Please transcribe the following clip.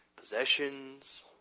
possessions